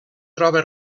troba